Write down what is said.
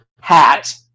hat